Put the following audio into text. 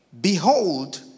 Behold